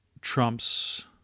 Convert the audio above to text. Trump's